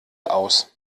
aus